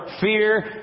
fear